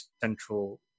central